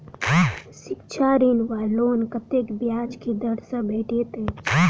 शिक्षा ऋण वा लोन कतेक ब्याज केँ दर सँ भेटैत अछि?